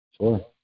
Sure